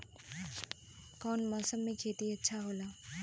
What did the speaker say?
कौन मौसम मे खेती अच्छा होला?